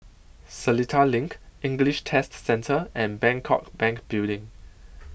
Seletar LINK English Test Centre and Bangkok Bank Building